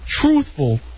truthful